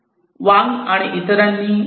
contextual Wang आणि इतरांनी Wang et al